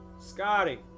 Scotty